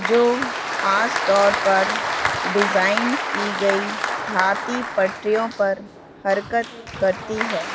جو خاص طور پر ڈیزائن کی گئی دھھرارتی پٹیریوں پر حرکت کرتی ہے